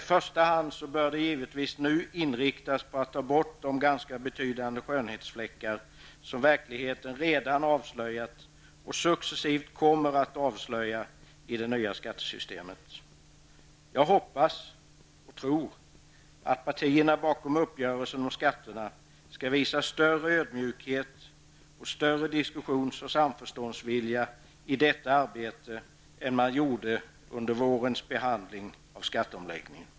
I första hand bör det nu givetvis inriktas på att ta bort de ganska betydande skönhetsfläckar som verkligheten redan avslöjat och successivt kommer att avslöja i det nya skattesystemet. Jag hoppas -- och tror -- att partierna bakom uppgörelsen om skatterna skall visa större ödmjukhet och större diskussions och samförståndsvilja i detta arbete än man gjorde under vårens behandling av skatteomläggningen.